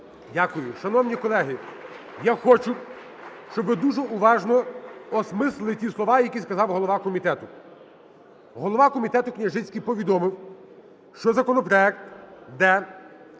Дякую. Шановні колеги, я хочу, щоб ви дуже уважно осмислили ті слова, які сказав голова комітету. Голова комітету Княжицький повідомив, що законопроект, де